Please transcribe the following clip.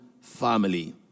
family